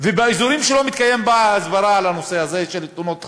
ובאזורים שלא מתקיימת בהם הסברה על הנושא הזה של תאונות חצר.